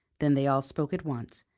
then they all spoke at once.